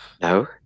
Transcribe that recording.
no